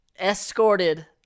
escorted